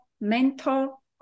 mental